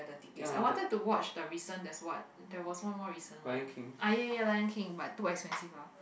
tickets I wanted to watch the recent that's what there was one more recent one ah ya ya ya Lion King but too expensive ah